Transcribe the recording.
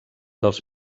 dels